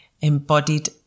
embodied